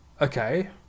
Okay